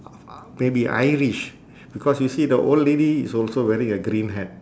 may be irish because you see the old lady is also wearing a green hat